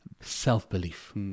self-belief